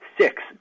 six